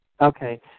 okay